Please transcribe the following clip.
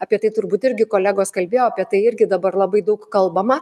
apie tai turbūt irgi kolegos kalbėjo apie tai irgi dabar labai daug kalbama